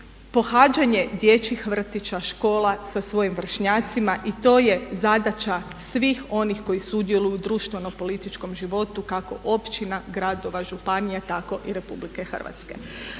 pohađanje dječjih vrtića, škola sa svojim vršnjacima i to je zadaća svih onih koji sudjeluju u društveno-političkom životu kako općina, gradova, županija tako i RH.